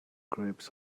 grapes